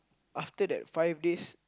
after that five days